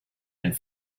and